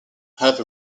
have